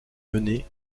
mener